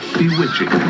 bewitching